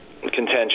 contention